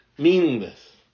Meaningless